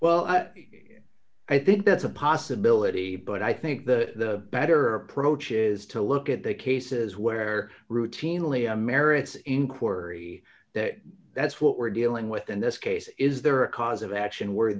well i think that's a possibility but i think the better approach is to look at the cases where routinely merits inquiry that that's what we're dealing with in this case is there a cause of action where